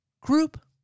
group